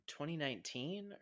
2019